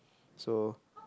so